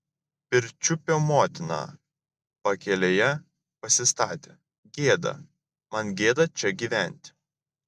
pirčiupio motiną pakelėje pasistatė gėda man gėda čia gyventi